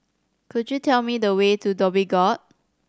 could you tell me the way to Dhoby Ghaut